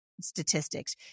Statistics